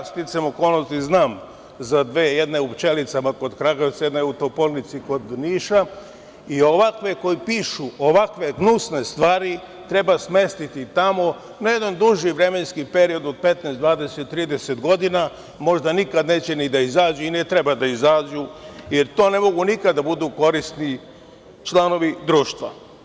Sticajem okolnosti znam za dve, jedan je u Pčelicama kod Kragujevca, jedna je u Topolnici kod Niša i ovakve koji pišu ovakve gnusne stvari treba smestiti tamo na jedan duži vremenski period od 15, 20, 30 godina, možda nikad neće da izađu i ne treba da izađu, jer to ne mogu nikad da budu korisni članovi društva.